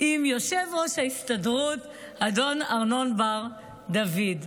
עם יושב-ראש ההסתדרות אדון ארנון בר דוד.